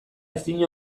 ezin